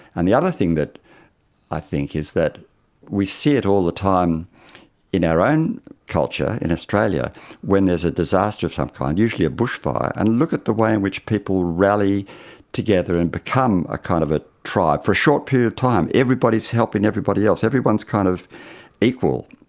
and the other thing that i think is that we see it all the time in our own culture in australia when there is a disaster of some kind, usually a bushfire, and look at the way in which people rally together and become a kind of a tribe for a short period of time. everybody is helping everybody else, everyone is kind of equal.